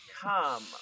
Come